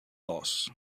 loss